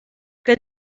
que